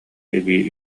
эбии